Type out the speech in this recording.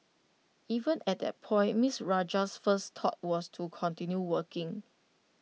even at that point miss Rajah's first thought was to continue working